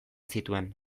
zituen